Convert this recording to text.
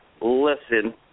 listen